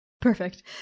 Perfect